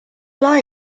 lie